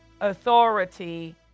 authority